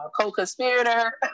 co-conspirator